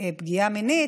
פגיעה מינית,